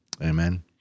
Amen